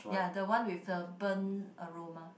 ya the one with the burn aroma